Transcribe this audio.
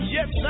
Yes